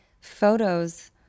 photos